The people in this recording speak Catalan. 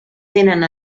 tenen